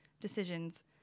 decisions